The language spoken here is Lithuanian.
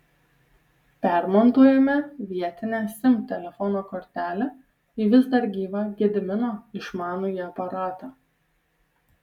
permontuojame vietinę sim telefono kortelę į vis dar gyvą gedimino išmanųjį aparatą